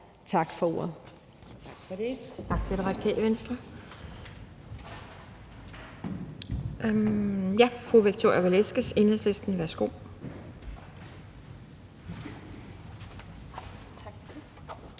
Tak for ordet.